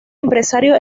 empresario